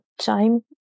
time